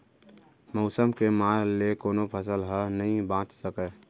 मउसम के मार ले कोनो फसल ह नइ बाच सकय